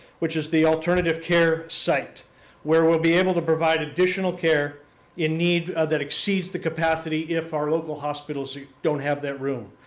which is the alternative care site where we'll be able to provide additional care in need that exceeds the capacity if our local hospitals don't have that room.